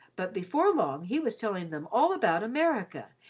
but before long he was telling them all about america,